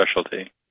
specialty